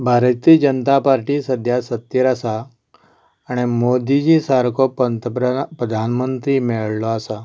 भारतीय जनता पार्टी सद्द्या सत्तेर आसा आनी मोदीजी सारको प्रंतप्रधान प्रधानमंत्री मेळ्ळो आसा